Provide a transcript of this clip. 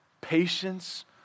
patience